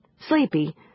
Sleepy